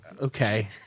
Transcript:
Okay